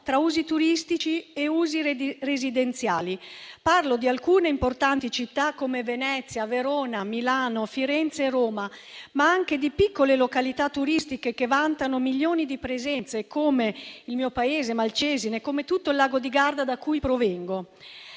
tra usi turistici e usi residenziali. Parlo di alcune importanti città come Venezia, Verona, Milano, Firenze e Roma, ma anche di piccole località turistiche che vantano milioni di presenze, come il mio paese, Malcesine, e come tutto il lago di Garda da cui provengo.